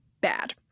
bad